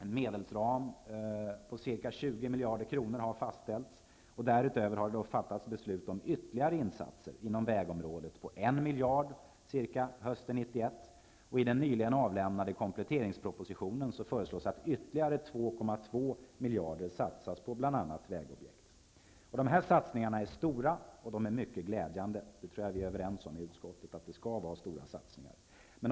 En medelsram om ca 20 miljarder har fastställts. Därutöver har det hösten 1991 fattats beslut om ytterligare insatser inom vägområdet på ca 1 miljard kronor. I den nyligen avlämnade kompletteringspropositionen föreslås att ytterligare 2,2 miljarder skall satsas på bl.a. Dessa satsningar är stora och mycket glädjande. Jag tror att vi är överens i utskottet om att det skall vara stora satsningar.